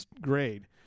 grade